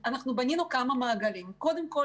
בנינו כמה מעגלים: קודם כול,